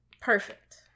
Perfect